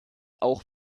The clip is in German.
auch